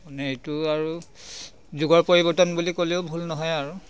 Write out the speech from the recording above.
মানে এইটো আৰু যুগৰ পৰিৱৰ্তন বুলি ক'লেও ভুল নহয় আৰু